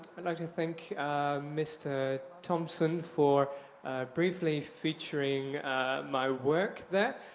i'd like to thank mr. thompson for briefly featuring my work there.